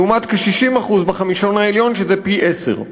לעומת כ-60% בחמישון העליון, שזה פי-עשרה.